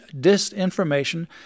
disinformation